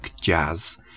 jazz